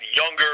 younger